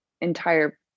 entire